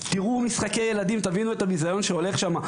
תראו את הביזיון שהולך שם.